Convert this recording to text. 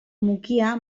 mukia